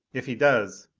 if he does,